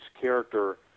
character